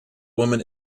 woman